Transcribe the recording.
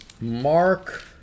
Mark